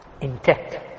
intact